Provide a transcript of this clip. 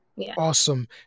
Awesome